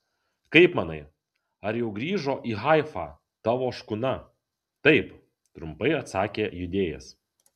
kaip manai ar jau grįžo į haifą tavo škuna taip trumpai atsakė judėjas